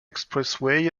expressway